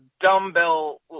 dumbbell